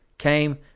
came